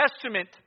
Testament